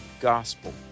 gospel